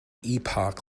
epoch